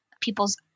people's